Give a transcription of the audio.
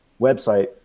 website